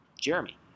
Jeremy